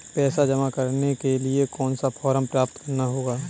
पैसा जमा करने के लिए कौन सा फॉर्म प्राप्त करना होगा?